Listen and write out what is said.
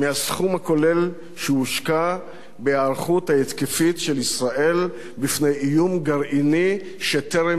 הכולל שהושקע בהיערכות ההתקפית של ישראל בפני איום גרעיני שטרם הבשיל.